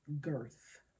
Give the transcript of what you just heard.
girth